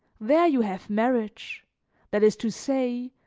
there you have marriage that is to say,